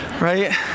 Right